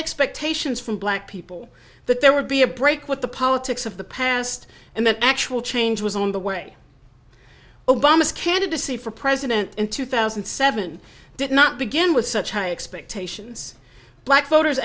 expectations from black people that there would be a break with the politics of the past and that actual change was on the way obama's candidacy for president in two thousand and seven did not begin with such high expectations black voters